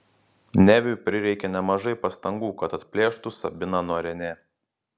neviui prireikė nemažai pastangų kad atplėštų sabiną nuo renė